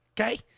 okay